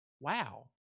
Wow